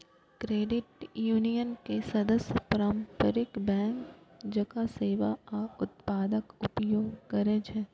credit union के सदस्य पारंपरिक बैंक जकां सेवा आ उत्पादक उपयोग करै छै